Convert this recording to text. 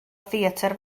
theatr